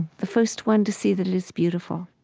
the first one to see that it is beautiful